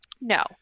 No